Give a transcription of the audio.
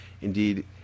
Indeed